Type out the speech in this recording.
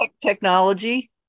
technology